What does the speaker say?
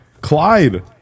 Clyde